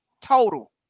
total